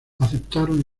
aceptaron